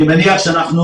אני מניח שאנחנו